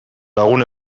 lagun